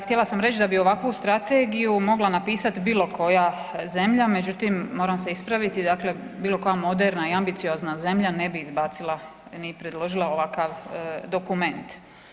Htjela sam reći da bi ovakvu strategiju mogla napisati bilo koja zemlja, međutim moram se ispraviti bilo koja moderna i ambiciozna zemlja ne bi izbacila ni predložila ovakav dokument.